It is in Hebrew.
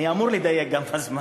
גם אני אמור לדייק בזמן.